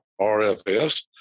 rfs